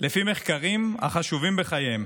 החשובים בחייהם